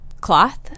cloth